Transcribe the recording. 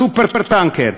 הסופר-טנקר,